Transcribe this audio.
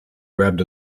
grabbed